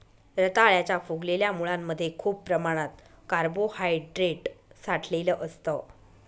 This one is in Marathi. रताळ्याच्या फुगलेल्या मुळांमध्ये खूप प्रमाणात कार्बोहायड्रेट साठलेलं असतं